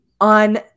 on